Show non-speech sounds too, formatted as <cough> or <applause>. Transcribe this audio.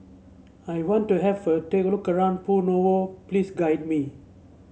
I want to have a take look around <unintelligible> Novo please guide me